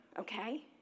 okay